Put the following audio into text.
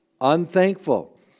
unthankful